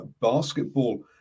basketball